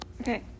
okay